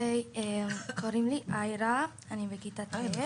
קוראים לי איירה, אני בכיתה ט',